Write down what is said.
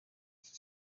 icyo